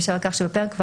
כך שבפרק ו',